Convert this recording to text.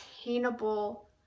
attainable